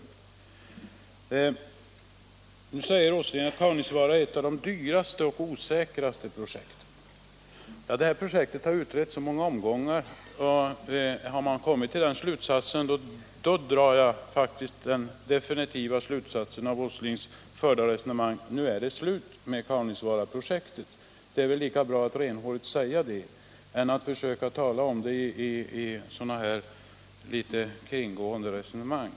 : Herr Åsling sade att Kaunisvaara är ett av de dyraste och osäkraste 33 projekten. Om man har kommit fram till detta efter att det här projektet har utretts i så många omgångar, då drar jag faktiskt efter herr Åslings förda resonemang den definitiva slutsatsen att det nu är slut med Kaunisvaaraprojektet. Det är bättre att renhårigt säga det än att föra sådana här kringgående resonemang.